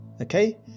Okay